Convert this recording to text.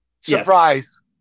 surprise